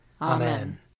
Amen